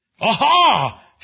Aha